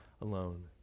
alone